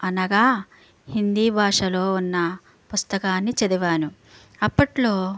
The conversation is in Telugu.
అనగా హిందీ భాషలో ఉన్న పుస్తకాన్ని చదివాను అప్పట్లో